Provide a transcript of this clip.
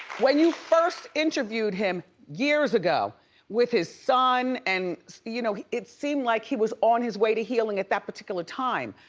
when you first interviewed him years ago with his son, and you know it seemed like he was on his way to healing at that particular time.